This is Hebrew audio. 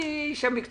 היא איש המקצוע.